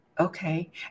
Okay